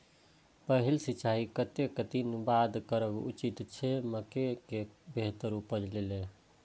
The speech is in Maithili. पहिल सिंचाई कतेक दिन बाद करब उचित छे मके के बेहतर उपज लेल?